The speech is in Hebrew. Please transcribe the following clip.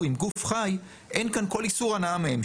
עם גוף חי אין כאן כל איסור הנאה מהם.